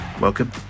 Welcome